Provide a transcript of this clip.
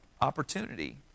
opportunity